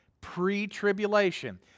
pre-tribulation